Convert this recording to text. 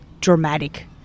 dramatic